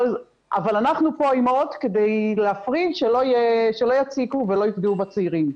אבל אנחנו פה האימהות כדי להפריד שלא יציקו ולא יפגעו בצעירים.